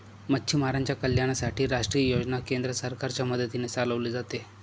मच्छीमारांच्या कल्याणासाठी राष्ट्रीय योजना केंद्र सरकारच्या मदतीने चालवले जाते